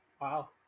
Wow